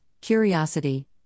curiosity